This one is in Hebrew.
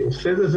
עושה את זה,